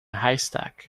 haystack